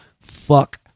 fuck